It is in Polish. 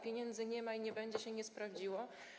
Pieniędzy nie ma i nie będzie” się nie sprawdziło.